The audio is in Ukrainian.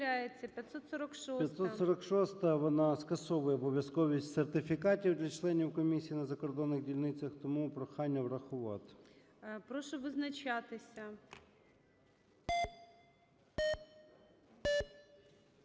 546-а, вона скасовує обов'язковість сертифікатів для членів комісії на закордонних дільницях. Тому прохання врахувати. ГОЛОВУЮЧИЙ. Прошу визначатися.